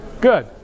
good